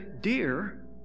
dear